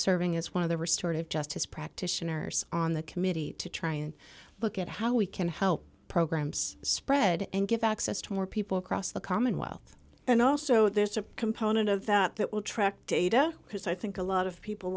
serving as one of the restored of justice practitioners on the committee to try and look at how we can help graham's spread and give access to more people across the commonwealth and also there's a component of that that will track data because i think a lot of people